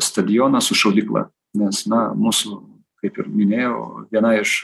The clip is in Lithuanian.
stadioną su šaudykla nes na mūsų kaip ir minėjau viena iš